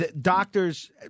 doctors